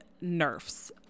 nerfs